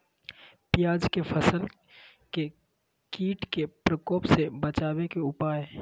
प्याज के फसल के कीट के प्रकोप से बचावे के उपाय?